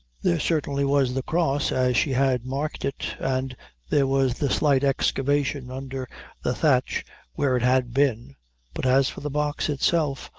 there certainly was the cross as she had marked it, and there was the slight excavation under the thatch where it had been but as for the box itself,